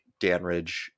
Danridge